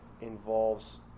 involves